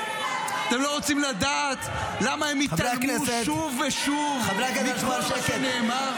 אתם לא רוצים לדעת למה הם התעלמו שוב ושוב מכל מה שנאמר?